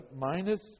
minus